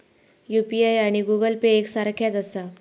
UPI आणि Google Pay एक सारख्याच आसा?